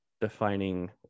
defining